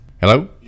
Hello